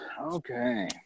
okay